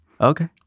Okay